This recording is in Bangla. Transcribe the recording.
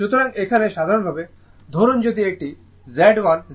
সুতরাং এখানে সাধারণভাবে ধরুন যদি এটি Z1 Z2 Z3 হয়